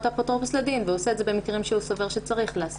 אפוטרופוס לדין והוא עושה את זה במקרים שהוא סובר שצריך לעשות את זה.